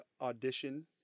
audition